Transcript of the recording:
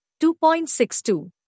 2.62